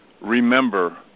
remember